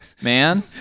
man